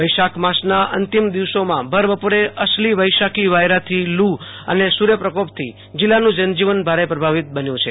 વૈશાખ માસના અંતિમ દિવસોમાં ભર બપોરે અસલી વૈશાખી વાયરારૂપી લૂ અને સુર્યપ્રકોપથી જિલ્લાનું જન જવન ભારે પ્રભાવિત બન્યું છે